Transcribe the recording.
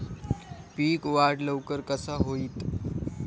पीक वाढ लवकर कसा होईत?